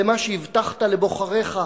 למה שהבטחת לבוחריך,